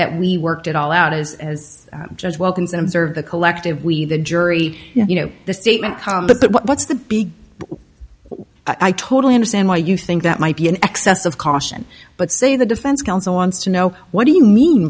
that we worked it all out as judge welcomes and observe the collective we the jury you know the statement but what's the big i totally understand why you think that might be an excess of caution but say the defense counsel wants to know what do you mean